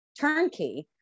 turnkey